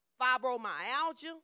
fibromyalgia